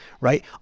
right